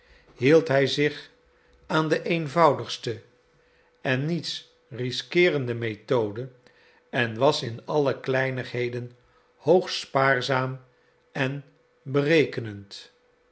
hield hij zich aan de eenvoudigste en niets risqueerende methode en was in alle kleinigheden hoogst spaarzaam en berekenend